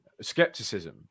skepticism